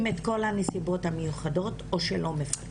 או שמפרטים את כל הנסיבות המיוחדות או שלא מפרטים,